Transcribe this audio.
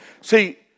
See